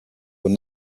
will